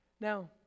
Now